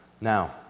Now